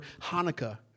Hanukkah